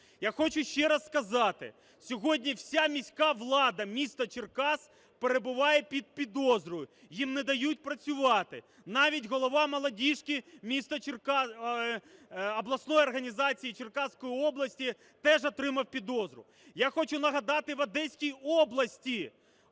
Я хочу ще раз сказати, сьогодні вся міська влада міста Черкаси перебуває під підозрою, їм не дають працювати. Навіть голова "молодіжки" міста… обласної організації Черкаської області теж отримав підозру. Я хочу нагадати, в Одеській області